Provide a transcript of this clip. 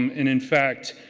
um and in fact,